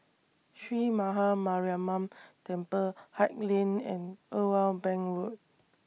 Sree Maha Mariamman Temple Haig Lane and Irwell Bank Road